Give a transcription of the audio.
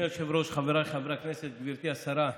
אדוני היושב-ראש, חבריי חברי הכנסת, גברתי השרה,